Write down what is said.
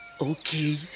Okay